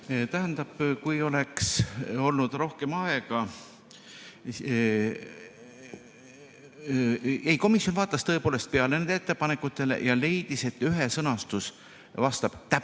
Tähendab, kui oleks olnud rohkem aega ... Komisjon vaatas tõepoolest nendele ettepanekutele peale ja leidis, et ühe sõnastus vastab täpselt